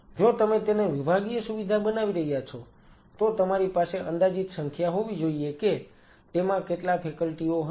જો તમે તેને વિભાગીય સુવિધા બનાવી રહ્યા છો તો તમારી પાસે અંદાજીત સંખ્યા હોવી જોઈએ કે તેમાં કેટલા ફેકલ્ટીઓ હશે